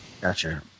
gotcha